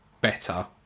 better